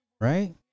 Right